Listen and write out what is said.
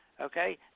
okay